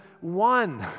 one